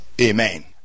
Amen